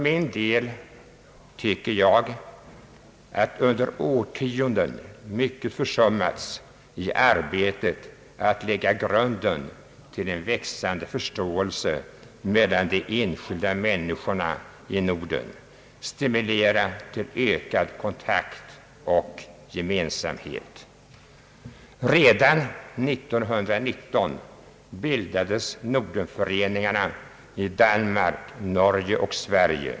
Jag tycker att under årtionden mycket försummats i arbetet att lägga grunden till en växande förståelse mellan de enskilda människorna i Norden och stimulera till ökad kontakt och gemensamhetskänsla. Redan 1919 bildades Norden-föreningarna i Danmark, Norge och Sverige.